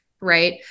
right